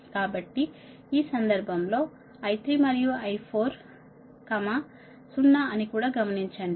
కాబట్టి ఈ సందర్భం లో I3 మరియు I4 0 అని కూడా గమనించండి